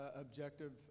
objective